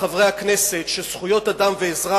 חברי הכנסת,